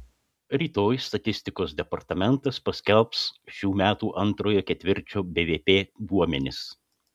rytoj statistikos departamentas paskelbs šių metų antrojo ketvirčio bvp duomenis